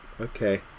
Okay